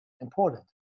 important